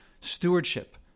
stewardship